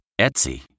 Etsy